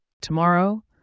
Tomorrow